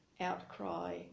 outcry